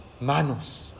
manos